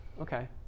okay